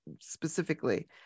specifically